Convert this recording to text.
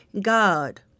God